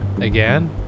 Again